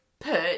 put